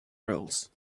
roles